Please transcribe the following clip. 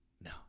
No